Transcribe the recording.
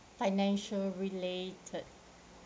financial related